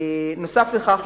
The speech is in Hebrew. נוסף על כך,